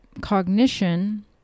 cognition